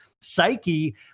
psyche